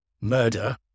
murder